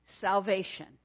salvation